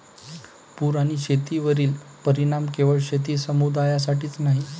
पूर आणि शेतीवरील परिणाम केवळ शेती समुदायासाठीच नाही